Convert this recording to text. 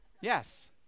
Yes